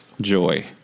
joy